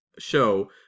show